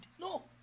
no